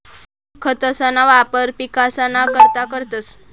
खतंसना वापर पिकसना करता करतंस